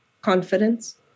Confidence